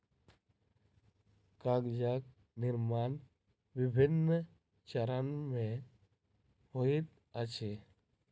कागजक निर्माण विभिन्न चरण मे होइत अछि